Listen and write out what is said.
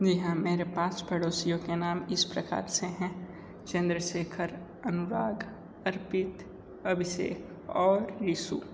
जी हाँ मेरे पाँच पड़ोसियों के नाम इस प्रकार से हैं चंद्रशेखर अनुराग अर्पित अभिषेक और निशु